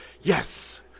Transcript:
yes